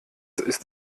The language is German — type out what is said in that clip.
ist